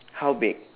how big